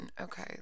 okay